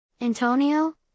Antonio